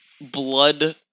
blood